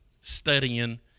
studying